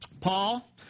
Paul